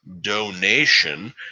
donation